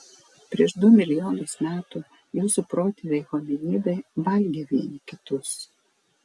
prieš du milijonus metų jūsų protėviai hominidai valgė vieni kitus